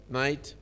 night